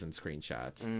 screenshots